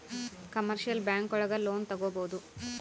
commercial bank ಒಳಗ loan ತಗೊಬೋದು